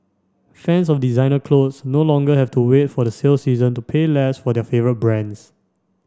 fans of designer clothes no longer have to wait for the sale season to pay less for their favourite brands